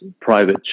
private